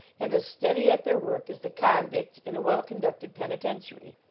and as steady at their work, as the convicts in a well conducted peniten tiary.